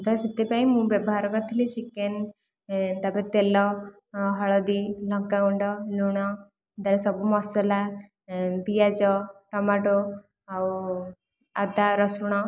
ତ ସେଥିପାଇଁ ମୁଁ ବ୍ୟବହାର କରିଥିଲି ଚିକେନ ତା'ପରେ ତେଲ ହଳଦୀ ଲଙ୍କାଗୁଣ୍ଡ ଲୁଣ ତା'ରେ ସବୁ ମସଲା ପିଆଜ ଟମାଟୋ ଆଉ ଅଦା ରସୁଣ